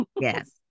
Yes